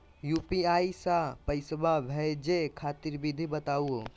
UPI स पैसा भेजै खातिर विधि बताहु हो?